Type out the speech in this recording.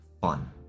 fun